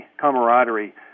camaraderie